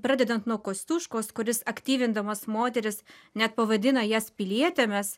pradedant nuo kosciuškos kuris aktyvindamas moteris net pavadina jas pilietėmis